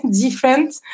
different